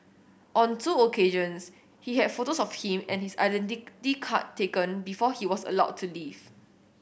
on two occasions he had photos of him and his identity card taken before he was allowed to leave